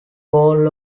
goal